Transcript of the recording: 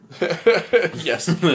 Yes